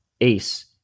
Ace